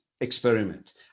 experiment